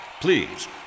Please